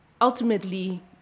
ultimately